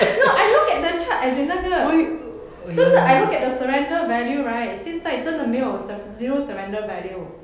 no I look at the chart as in 那个真的 I look at the surrender value right 现在真的没有 ze~ zero surrender value